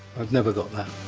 have never got that.